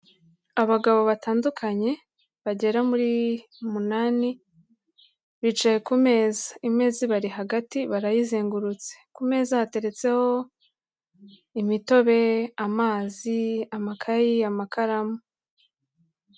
Abagabo batandukanye bagera muri umunani bicaye ku meza, imeza ibari hagati, barayizengurutse, ku meza yateretseho imitobe, amazi, amakayi, amakaramu.